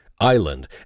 island